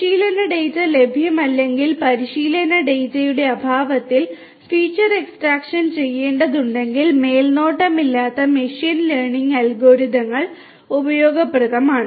പരിശീലന ഡാറ്റ ലഭ്യമല്ലെങ്കിൽ പരിശീലന ഡാറ്റയുടെ അഭാവത്തിൽ ഫീച്ചർ എക്സ്ട്രാക്ഷൻ ചെയ്യേണ്ടതുണ്ടെങ്കിൽ മേൽനോട്ടമില്ലാത്ത മെഷീൻ ലേണിംഗ് അൽഗോരിതങ്ങൾ ഉപയോഗപ്രദമാണ്